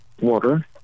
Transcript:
water